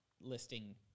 listing